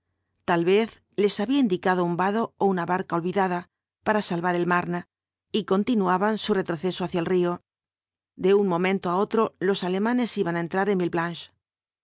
tal vez les habían indicado un vado ó una barca olvidada para salvar el marne y continuaban su retroceso hacia el río de un momento á otro los alemanes iban á entrar en